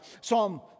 Psalm